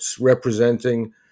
representing